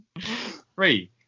Three